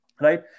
right